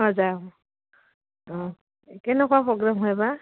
অঁ যাম অঁ কেনেকুৱা প্ৰগ্ৰেম হয় বা